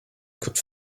could